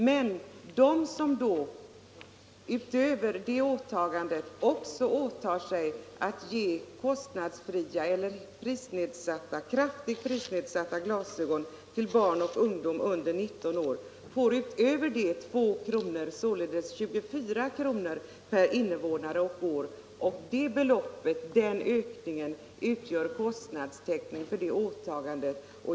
Men de som, utöver det åtagandet, också åtar sig att ge kostnadsfria eller kraftigt prisnedsatta glasögon till barn och ungdom under 19 år får ytterligare 2 kr., således 24 kr. per invånare och år. Den ökningen utgör kostnadstäckning för åtagandet.